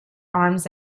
arms